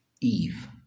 Eve